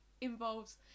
involves